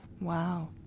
wow